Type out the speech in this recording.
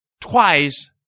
twice